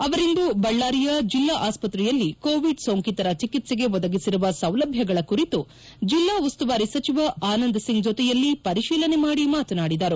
ಅವರಿಂದು ಬಳ್ಳಾರಿಯ ಜಿಲ್ಲಾ ಆಸ್ಪತ್ರೆಯಲ್ಲಿ ಕೋವಿಡ್ ಸೋಂಕಿತರ ಚಿಕಿತ್ಸೆಗೆ ಒದಗಿಸಿರುವ ಸೌಲಭ್ಯಗಳ ಕುರಿತು ಜೆಲ್ಲಾ ಉಸ್ತುವಾರಿ ಸಚಿವ ಆನಂದ್ ಸಿಂಗ್ ಜೊತೆಯಲ್ಲಿ ಪರಿಶೀಲನೆ ಮಾಡಿ ಮಾತನಾಡಿದರು